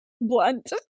blunt